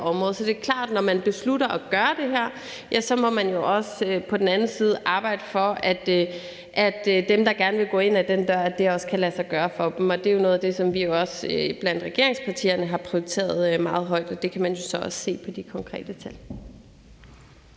Så det er klart, at når man beslutter at gøre det her, må man jo også på den anden side arbejde for, at det for dem, der gerne vil gå ind ad den dør, også kan lade sig gøre. Det er noget af det, som vi jo også blandt regeringspartierne har prioriteret meget højt, og det kan man så også se på de konkrete tal.